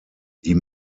die